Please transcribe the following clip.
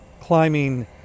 climbing